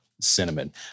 cinnamon